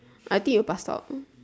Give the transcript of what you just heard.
I think you passed out